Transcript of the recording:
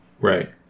Right